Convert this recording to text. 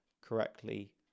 correctly